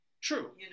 True